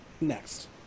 next